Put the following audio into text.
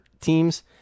teams